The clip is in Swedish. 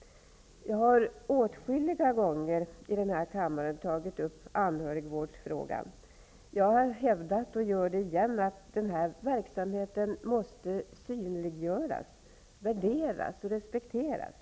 Jag har åtskilliga gånger i denna kammare tagit upp anhörigvårdsfrågan. Jag har hävdat, och gör det nu igen, att denna verksamhet måste synliggöras, värderas och respekteras.